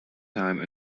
time